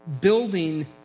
building